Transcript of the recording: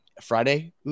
friday